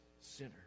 sinner